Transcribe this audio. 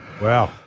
Wow